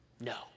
No